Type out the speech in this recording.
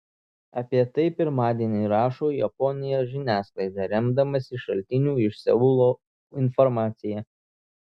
apie tai pirmadienį rašo japonijos žiniasklaida remdamasi šaltinių iš seulo informacija